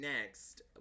Next